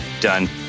done